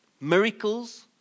Miracles